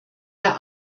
der